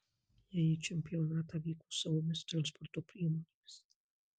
jie į čempionatą vyko savomis transporto priemonėmis